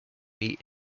meet